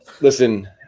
listen